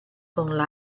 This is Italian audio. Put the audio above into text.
con